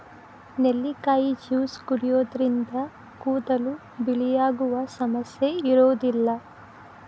ನೆಲ್ಲಿಕಾಯಿ ಜ್ಯೂಸ್ ಕುಡಿಯೋದ್ರಿಂದ ಕೂದಲು ಬಿಳಿಯಾಗುವ ಸಮಸ್ಯೆ ಇರೋದಿಲ್ಲ